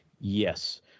Yes